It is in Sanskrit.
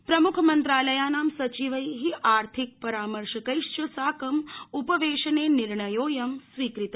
प्रम्खमन्त्रालयानां सचिवैः आर्थिक परामशंकैश्च साकम् उपवेशने निर्णयोऽयं स्वीकृत